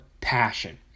passion